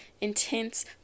intense